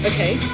Okay